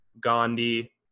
Gandhi